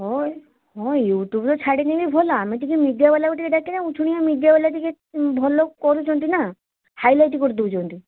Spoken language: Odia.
ହଁ ହଁ ୟୁଟ୍ୟୁବ୍ରେ ଛାଡ଼ିନେ ବି ଭଲ ଆମେ ଟିକିଏ ମିଡ଼ିଆବାଲାକୁ ଟିକିଏ ଡାକିନେ ଉଛୁଣି ମିଡ଼ିଆବାଲା ଟିକିଏ ଭଲ କରୁଛନ୍ତି ନା ହାଇଲାଇଟ୍ କରିଦେଉଛନ୍ତି